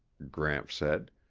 gramps said.